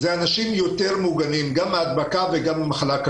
אנשים יותר מוגנים גם מהדבקה וגם ממחלה.